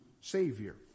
savior